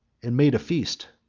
and made a feast.